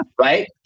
Right